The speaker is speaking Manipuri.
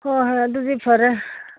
ꯍꯣꯏ ꯍꯣꯏ ꯑꯗꯨꯗꯤ ꯐꯔꯦ